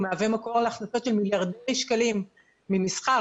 מהווה מקור להכנסות של מיליארדי שקלים ממסחר,